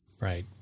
Right